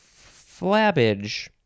Flabbage